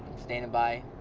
standing by,